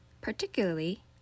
particularly